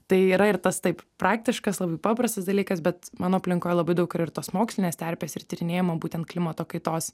tai yra ir tas taip praktiškas labai paprastas dalykas bet mano aplinkoje labai daug yra ir tos mokslinės terpės ir tyrinėjimo būtent klimato kaitos